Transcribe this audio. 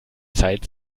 zeit